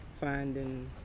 finding